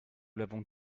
l’avons